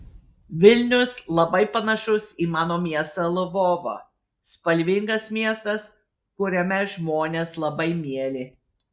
vilnius labai panašus į mano miestą lvovą spalvingas miestas kuriame žmonės labai mieli